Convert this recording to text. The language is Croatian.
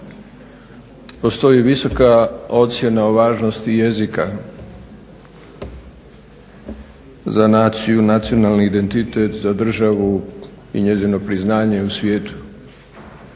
postoji visoka ocjena o važnosti jezika za naciju, nacionalni identitet, za državu i njezino priznanje u svijetu,